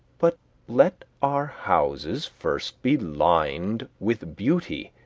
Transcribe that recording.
but let our houses first be lined with beauty,